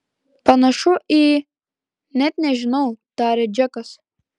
panašu į net nežinau tarė džekas